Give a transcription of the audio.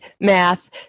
math